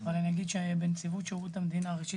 אבל אני אגיד שבנציבות שירות המדינה ראשית